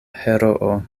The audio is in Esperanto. heroo